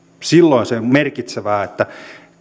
silloin se on merkitsevää että